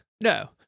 No